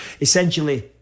essentially